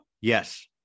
Yes